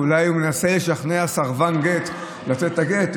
שאולי הוא מנסה לשכנע סרבן גט לתת את הגט.